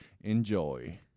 enjoy